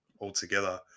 altogether